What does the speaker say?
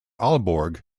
aalborg